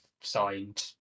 signed